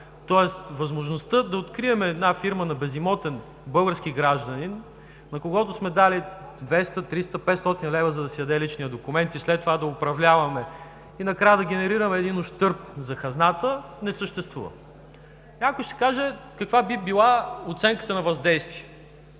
Тоест възможността да открием една фирма на безимотен български гражданин, на когото сме дали 200 – 300 – 500 лв., за да си даде личния документ и след това да управляваме и накрая да генерираме един ущърб за хазната, не съществува. Някой ще каже: каква би била оценката на въздействие?